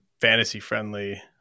fantasy-friendly